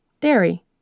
dairy